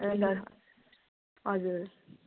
ए ल हजुर